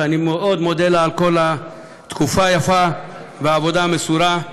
ואני מאוד מודה לה על התקופה היפה ועל העבודה המסורה.